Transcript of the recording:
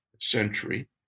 century